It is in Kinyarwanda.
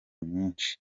myinshi